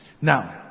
Now